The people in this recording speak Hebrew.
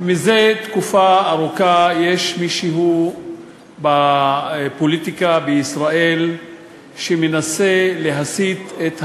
זה תקופה ארוכה שיש מישהו בפוליטיקה בישראל שמנסה להסיט את המאבק,